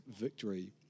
victory